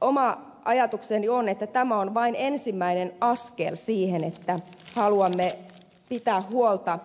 oma ajatukseni on että tämä on vain ensimmäinen askel siihen että haluamme pitää huolta